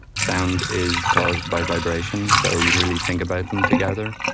sound is caused by vibration. so you really think about them together.